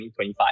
2025